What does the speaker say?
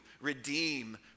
redeem